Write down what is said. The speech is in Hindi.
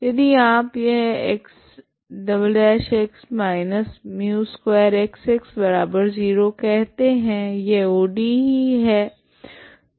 यदि आप यह X −μ2X0 कहते है यह ODE है